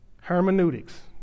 Hermeneutics